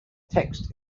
text